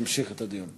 נמשיך את הדיון.